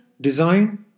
design